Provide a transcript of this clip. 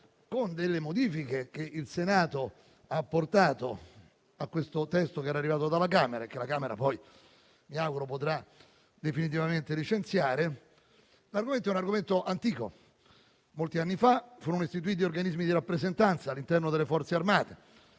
con delle modifiche che il Senato ha apportato al testo che era arrivato dalla Camera - e che quest'ultima mi auguro potrà definitivamente licenziare - è un argomento antico: molti anni fa furono istituiti organismi di rappresentanza all'interno delle Forze armate;